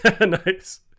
nice